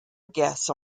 guess